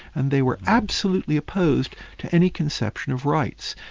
and they were absolutely opposed to any conception of rights.